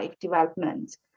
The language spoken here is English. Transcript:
development